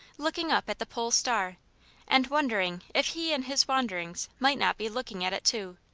looking up at the pole star and wondering if he in his wanderings might not be looking at it too,